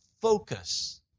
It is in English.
focus